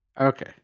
Okay